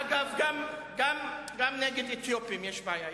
אגב, גם נגד אתיופים יש בעיה.